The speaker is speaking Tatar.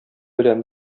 белән